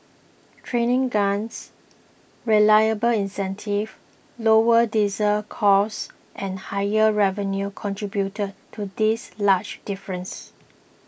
training grants reliable incentives lower diesel costs and higher revenue contributed to this large difference